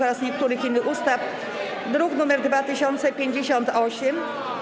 oraz niektórych innych ustaw, druk nr 2058.